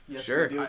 Sure